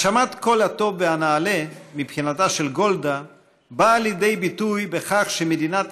הגשמת כל הטוב והנעלה מבחינתה של גולדה באה לידי ביטוי בכך שמדינת